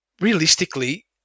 realistically